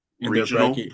regional